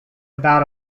about